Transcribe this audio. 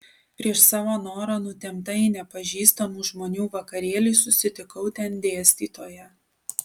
prieš savo norą nutempta į nepažįstamų žmonių vakarėlį susitikau ten dėstytoją